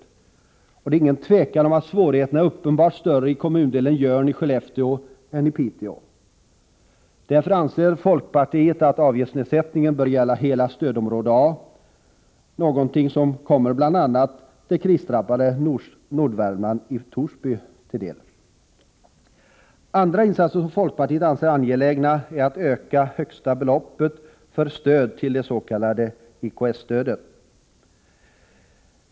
Det är heller inget tvivel om att svårigheterna är uppenbart större i kommundelen Jörn i Skellefteå än i Piteå. Därför anser folkpartiet att avgiftsnedsättningen bör gälla hela stödområde A, någonting som skulle komma bl.a. det krisdrabbade Torsby i Nordvärmland till del. Andra insatser som folkpartiet anser angelägna är att öka det högsta beloppet för det s.k. IKS-stödet.